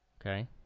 Okay